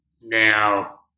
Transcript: now